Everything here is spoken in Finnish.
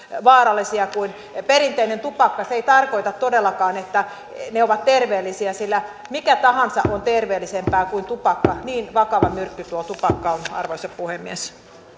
vaarallisia kuin perinteinen tupakka se ei tarkoita todellakaan että ne ovat terveellisiä sillä mikä tahansa on terveellisempää kuin tupakka niin vakava myrkky tuo tupakka on arvoisa puhemies